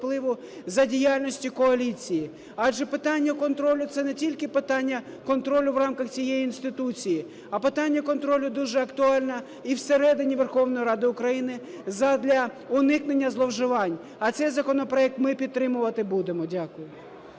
за діяльністю коаліції. Адже питання контролю – це не тільки питання контролю в рамках цієї інституції, а питання контролю дуже актуальне і всередині Верховної Ради України задля уникнення зловживань. А цей законопроект ми підтримувати будемо. Дякую.